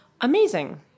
amazing